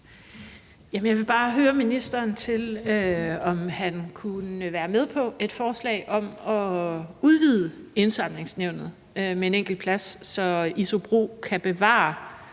Jeg vil bare høre ministeren, om han kunne være med på et forslag om at udvide Indsamlingsnævnet med en enkelt plads, så ISOBRO kan bevare